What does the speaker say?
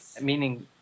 meaning